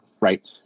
right